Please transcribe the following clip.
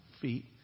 feet